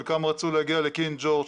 חלקם רצו להגיע לקינג ג'ורג',